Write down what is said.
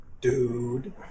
dude